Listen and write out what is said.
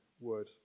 word